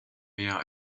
mehr